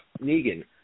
Negan